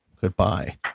goodbye